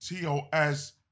TOS